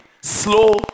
slow